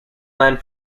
land